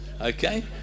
okay